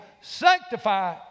Sanctify